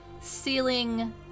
ceiling